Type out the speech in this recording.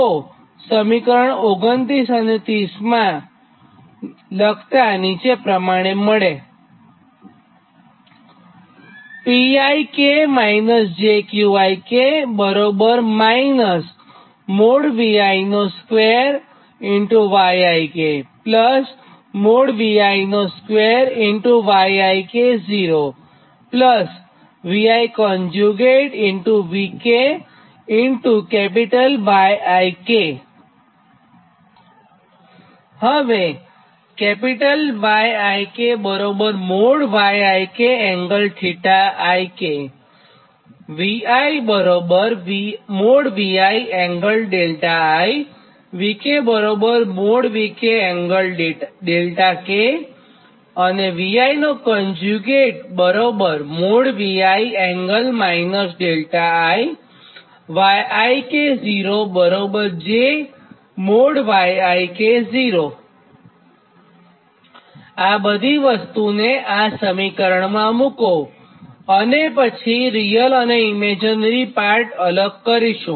તો સમીકરણ 29 અને 31માંથી લખતાંતમને નીચે પ્રમાણે મળે હવે આ બધી વસ્તુને આ સમીકરણમાં મુકો પછી આપણે રીયલ અને ઇમેજીનરી પાર્ટ અલગ કરીશું